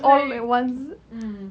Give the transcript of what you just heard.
like mm